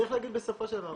צריך להגיד בסופו של דבר,